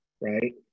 Right